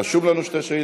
רשומות לנו שתי שאילתות.